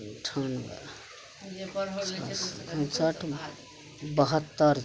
अन्ठानवे उनसठि बहत्तरि